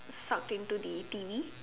suck into the T_V